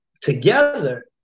together